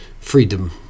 freedom